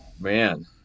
man